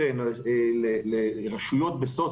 מהקרן לטובת הרשויות בסוציו